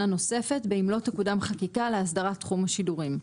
נוספת באם לא תקודם חקיקה להסדרת תחום השידורים'.